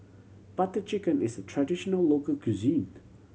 Butter Chicken is a traditional local cuisine